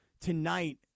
tonight